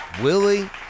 Willie